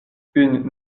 une